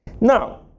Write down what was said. Now